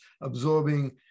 absorbing